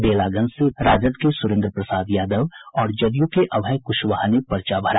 बेलागंज से राजद के सूरेन्द्र प्रसाद यादव और जदयू से अभय कुशवाहा ने पर्चा भरा